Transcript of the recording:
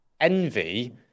Envy